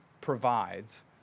provides